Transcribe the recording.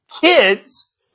kids